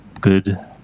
good